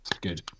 Good